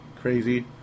crazy